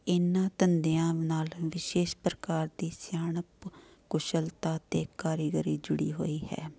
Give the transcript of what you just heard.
ਇਹਨਾਂ ਧੰਦਿਆਂ ਨਾਲ ਵਿਸ਼ੇਸ਼ ਪ੍ਰਕਾਰ ਦੀ ਸਿਆਣਪ ਕੁਸ਼ਲਤਾ ਅਤੇ ਕਾਰੀਗਰੀ ਜੁੜੀ ਹੋਈ ਹੈ